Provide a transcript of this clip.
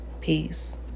Peace